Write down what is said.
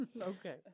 Okay